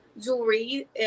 jewelry